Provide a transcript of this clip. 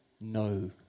No